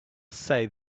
say